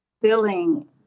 filling